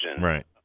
Right